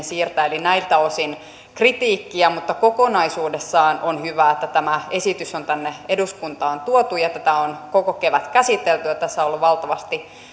siirtää eli näiltä osin on kritiikkiä mutta kokonaisuudessaan on hyvä että tämä esitys on tänne eduskuntaan tuotu tätä on koko kevät käsitelty tässä on ollut valtavasti